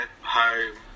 home